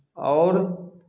आओर